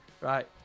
right